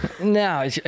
No